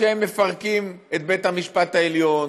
כשהם מפרקים את בית המשפט העליון,